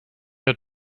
your